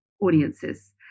audiences